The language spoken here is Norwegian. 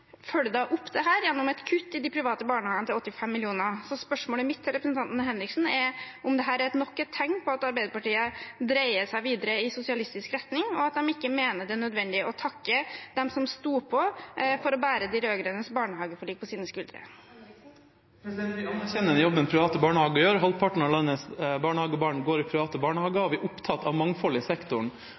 opp dette gjennom et kutt til de private barnehagene på 85 mill. kr. Spørsmålet mitt til representanten Henriksen er om dette er nok et tegn på at Arbeiderpartiet dreier videre i sosialistisk retning, og at de ikke mener det er nødvendig å takke dem som sto på for å bære de rød-grønnes barnehageforlik på sine skuldre. Vi anerkjenner den jobben private barnehager gjør. Halvparten av landets barnehagebarn går i private barnehager, og vi er opptatt av mangfold i sektoren.